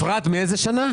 מאיזו שנה?